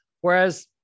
Whereas